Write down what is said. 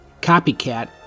Copycat